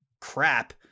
crap